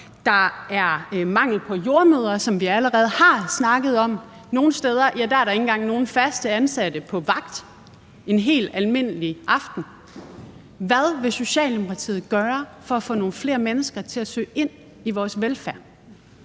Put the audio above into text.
Der er mangel på jordemødre, som vi allerede har snakket om. Nogle steder er der ikke engang nogen faste ansatte på vagt en helt almindelig aften. Hvad vil Socialdemokratiet gøre for at få nogle flere mennesker til at søge ind i vores velfærdssektor?